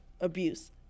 abuse